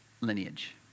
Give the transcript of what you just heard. lineage